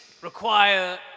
require